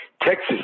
Texas